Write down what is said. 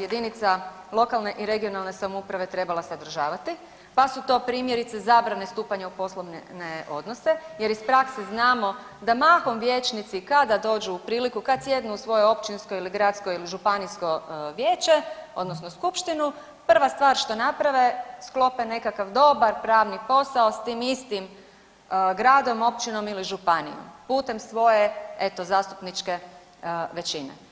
jedinica lokalne i regionalne samouprave trebala sadržavati, pa su to primjerice zabrane stupanja u poslovne odnose jer iz prakse znamo da mahom vijećnici kada dođu u priliku, kad sjednu u svoje općinsko ili gradsko ili županijsko vijeće odnosno skupštinu prva stvar što naprave sklope nekakav dobar pravni posao s tim istim gradom, općinom ili županijom putem svoje eto zastupničke većine.